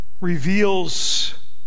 Reveals